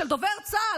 של דובר צה"ל,